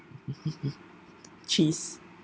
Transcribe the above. cheese